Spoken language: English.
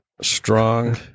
strong